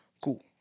Cool